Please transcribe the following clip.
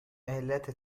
علت